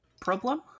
problem